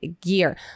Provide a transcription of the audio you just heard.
Gear